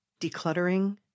decluttering